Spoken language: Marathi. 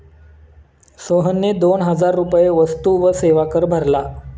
सोहनने दोन हजार रुपये वस्तू व सेवा कर भरला